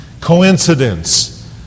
coincidence